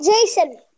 Jason